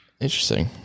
interesting